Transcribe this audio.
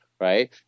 right